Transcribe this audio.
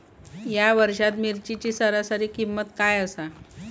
या वर्षात मिरचीची सरासरी किंमत काय आसा?